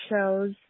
shows